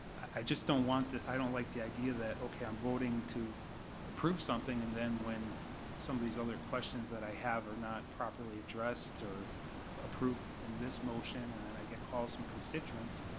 i just don't want, i don't like the idea that, okay, i'm voting to approve something, and then when some of these other questions that i have are not properly addressed or approved in this motion and then i get calls from constituents,